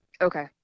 Okay